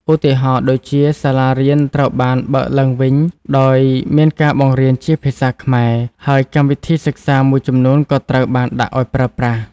ឧទាហរណ៍ ដូចជា សាលារៀនត្រូវបានបើកឡើងវិញដោយមានការបង្រៀនជាភាសាខ្មែរ ហើយកម្មវិធីសិក្សាមួយចំនួនក៏ត្រូវបានដាក់ឱ្យប្រើប្រាស់។